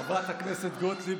חברת הכנסת גוטליב,